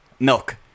Milk